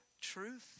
truth